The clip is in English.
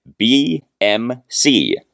BMC